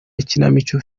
ikinamico